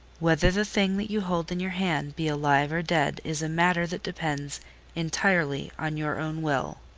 whether the thing that you hold in your hand be alive or dead is a matter that depends entirely on your own will.